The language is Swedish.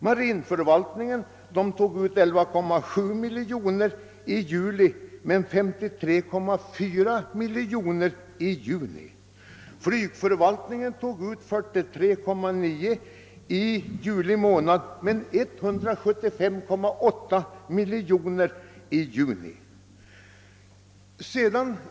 Marinförvaltningen tog under juli ut 11,7 miljoner kronor mot 53,4 miljoner kronor i juni. Flygförvaltningen tog ut 43,9 miljoner i juli och 175,8 miljoner i juni.